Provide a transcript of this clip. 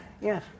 yes